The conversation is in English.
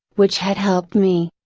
which had helped me.